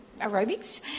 aerobics